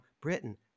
Britain